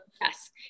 Yes